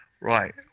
Right